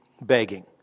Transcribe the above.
begging